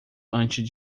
antes